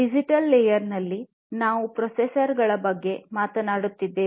digital layer ನಲ್ಲಿ ನಾವು processor ಗಳ ಬಗ್ಗೆ ಮಾತನಾಡುತ್ತಿದ್ದೇವೆ